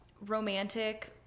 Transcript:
romantic